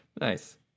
Nice